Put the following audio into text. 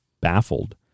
baffled